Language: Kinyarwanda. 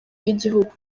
bw’igihugu